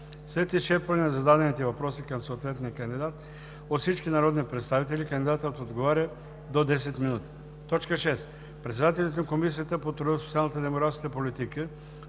След изчерпване на зададените въпроси към съответния кандидат от всички народни представители кандидатът отговаря – до 10 минути. 6. Председателят на Комисията по труда, социалната и демографската политика